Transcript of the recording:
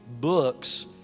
books